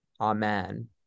Amen